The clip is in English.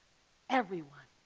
everyone.